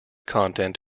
content